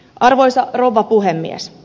arvoisa rouva puhemies